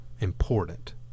important